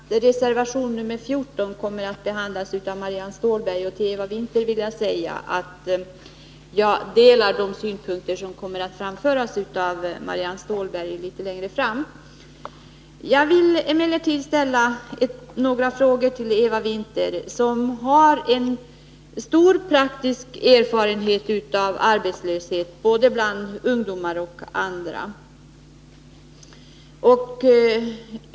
Herr talman! Enligt vår arbetsfördelning kommer reservation 14 att behandlas av Marianne Stålberg, och jag vill säga till Eva Winther att jag delar de synpunkter som hon längre fram i debatten kommer att framföra. Jag vill emellertid ställa några frågor till Eva Winther, som har en stor praktisk erfarenhet av arbetslöshetsproblemen både bland ungdomar och inom andra grupper.